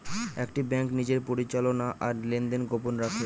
একটি ব্যাঙ্ক নিজের পরিচালনা আর লেনদেন গোপন রাখে